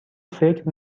فکر